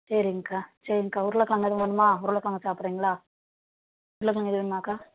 சரிங்க்கா சரிங்க்கா உருளை கெழங்கு ஏதும் வேணுமா உருளை கெழங்கு சாப்பிட்றிங்களா உருளை கெழங்கு ஏதும் வேணுமாக்கா